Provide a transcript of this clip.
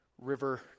river